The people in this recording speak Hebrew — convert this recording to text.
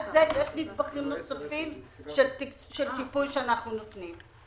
נדבכים נוספים של שיפוי שאנחנו נותנים.